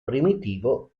primitivo